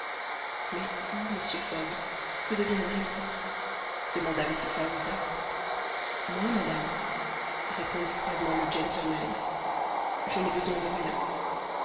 mais vous monsieur fogg que deviendrez-vous demanda mrs aouda moi madame répondit froidement le gentleman je n'ai besoin de rien